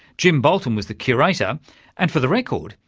jim boulton was the curator and, for the record,